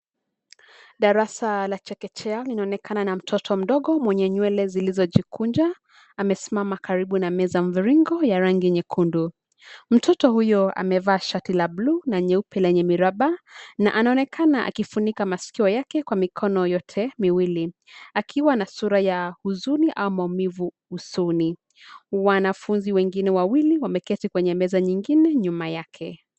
Darasa la chekechea linaonekana na mtoto mdogo mwenye nywele zilizojikunja. Amesimama karibu na meza mviringo ya rangi nyekundu. Mtoto huyo amevaa shati la bluu na nyeupe lenye miraba na anaonekana akifunika masikio yake kwa mikono yote mawili; akiwa na sura ya huzuni au maumivu usoni. Wanafunzi wengine wawili, wameketi kwenye meza nyingine nyuma yake.